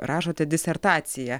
rašote disertaciją